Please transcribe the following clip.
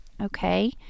Okay